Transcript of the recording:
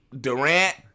Durant